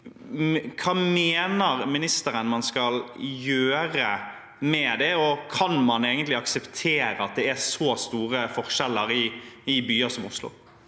Hva mener ministeren man skal gjøre med det, og kan man egentlig akseptere at det er så store forskjeller i byer som Oslo?